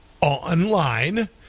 online